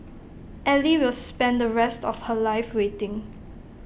ally will spend the rest of her life waiting